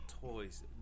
toys